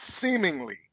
seemingly